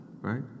right